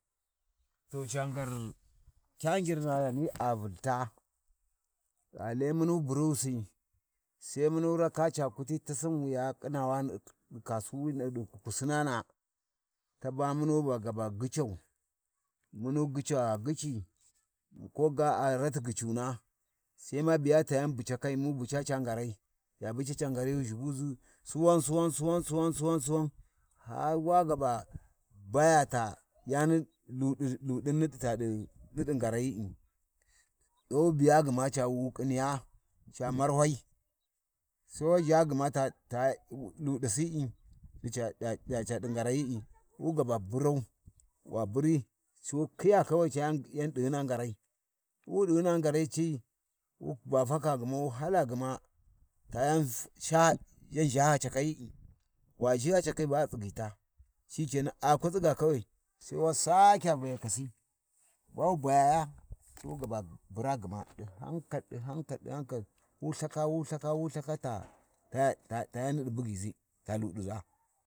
﻿To ca ngani ca ngar kagyirna ghani a Vulha, gha lai munu burusi, Sai mun raka ca buti tasin wi yu ƙinna wana d’i kasu ɗi kukusina, taba munu gaba gyicau, muna gyica gha gyici kogu a rati gyicoma, sai ma biya ta yan bucakai, mu buca ca ngarai gha bua ca ngarai mun ʒhibuʒi Suwan, Suwan, Suwan suwan, har wagaba baya yani ta huɗini niɗin ta ngarayi’i. Sai wu biya gma ca wi wu kiniya ca mar Whai, sai wa ʒha gma ta-ta huɗasi’i ɗi Ca, ca ngorayi’i, wu gaba burau, wa buri Sai wa khiya kawai Ca yan ɗighina ngarai Wu ɗighina ngari ci, wu ga faku gma wu hala gma ta yan ca, yan Vya haccakayi’i, wa ci haccikhi waa tsighitan shikenan, aku tsiga kawai Sai wa sakya bayakasi, ba wu bayayi Sai waba bura gma di hankal ɗi hankal ɗi hankal wu Lthaka wu Lthaka wu Lthaka ta yani niɗi bugyiʒhi, ta Luɗiʒa.